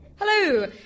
Hello